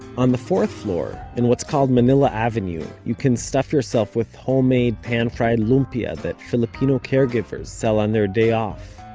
on the fourth floor, in what's called manila avenue, you can stuff yourself with homemade pan-fried lumpia that filipino caregivers sell on their day off.